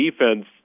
defense